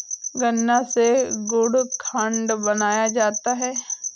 गन्ना से गुड़ खांड बनाया जाता है